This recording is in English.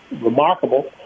remarkable